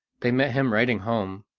they met him riding home,